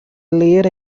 ler